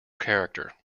character